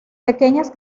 pequeñas